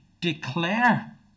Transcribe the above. declare